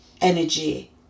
energy